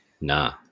Nah